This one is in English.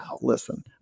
listen